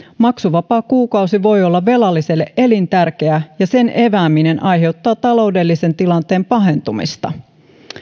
maksuvapaa kuukausi voi olla velalliselle elintärkeä ja sen epääminen aiheuttaa taloudellisen tilanteen pahentumista